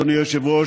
אדוני היושב-ראש,